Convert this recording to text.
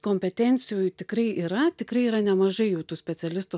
kompetencijų tikrai yra tikrai yra nemažai jau tų specialistų